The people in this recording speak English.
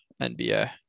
NBA